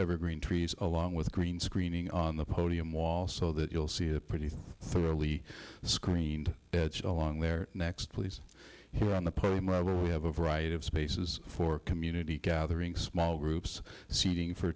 evergreen trees along with green screening on the podium wall so that you'll see a pretty thoroughly screened bed sheet along there next please here on the podium we have a variety of spaces for community gathering small groups seating for